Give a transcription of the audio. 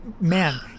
man